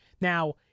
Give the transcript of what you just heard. Now